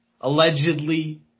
allegedly